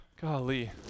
golly